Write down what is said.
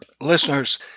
listeners